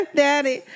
daddy